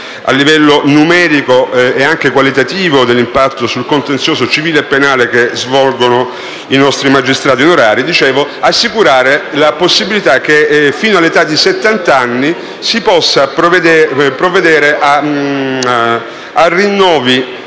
a livello numerico e anche qualitativo dell'impatto sul contenzioso civile e penale del lavoro che svolgono i nostri magistrati onorari - la possibilità che fino all'età di settant'anni si possa provvedere al rinnovo